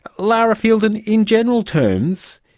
lara fielden, in general terms,